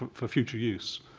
for future use.